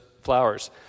flowers